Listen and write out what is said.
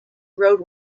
road